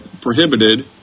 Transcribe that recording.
prohibited